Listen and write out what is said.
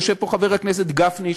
יושב פה חבר הכנסת גפני,